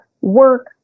work